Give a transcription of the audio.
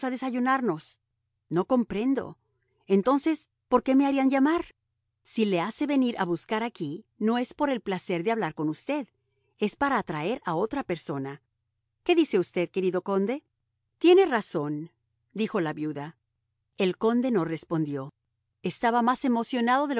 a desayunarnos no comprendo entonces por qué me harían llamar si le hace venir a buscar aquí no es por el placer de hablar con usted es para atraer a otra persona qué dice usted querido conde tiene razón dijo la viuda el conde no respondió estaba más emocionado